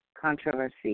controversy